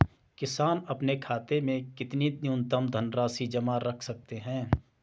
किसान अपने खाते में कितनी न्यूनतम धनराशि जमा रख सकते हैं?